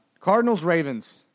Cardinals-Ravens